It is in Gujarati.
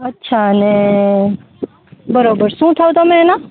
અચ્છાને બરોબર શું થાવ તમે એના